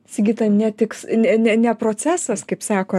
sigita netiks ne ne ne procesas kaip sako